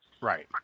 right